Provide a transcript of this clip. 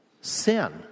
sin